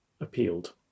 appealed